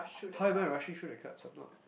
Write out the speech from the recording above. how am I rushing through the cards I'm not